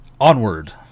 Onward